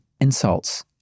insults